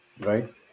Right